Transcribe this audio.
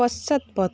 পশ্চাৎপদ